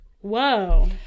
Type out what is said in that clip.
Whoa